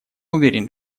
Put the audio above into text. уверен